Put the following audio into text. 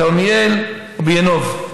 בכרמיאל ובינוב.